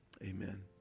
Amen